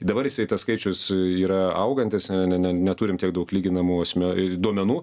dabar jisai tas skaičius yra augantis ne ne ne neturim tiek daug lyginamų asme i duomenų